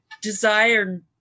desire